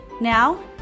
Now